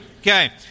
Okay